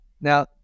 Now